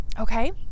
Okay